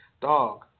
dog